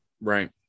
Right